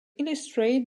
illustrate